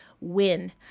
win